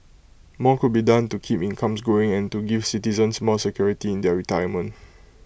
more could be done to keep incomes growing and to give citizens more security in their retirement